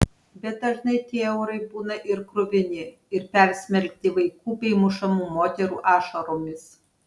bet dažnai tie eurai būna ir kruvini ir persmelkti vaikų bei mušamų moterų ašaromis